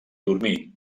dormir